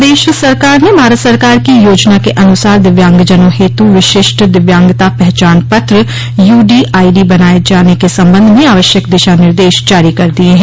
प्रदेश सरकार ने भारत सरकार की योजना के अनुसार दिव्यांगजनों हेतु विशिष्ट दिव्यांगता पहचान पत्र यूडीआईडी बनाये जाने के संबंध में आवश्यक दिशा निर्देश जारी कर दिये हैं